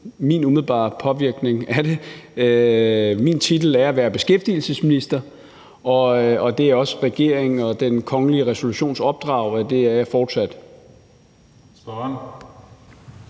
min umiddelbare påvirkning af det. Min titel er beskæftigelsesminister, og det er også regeringens og den kongelige resolutions opdrag, at det er jeg fortsat. Kl.